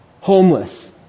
homeless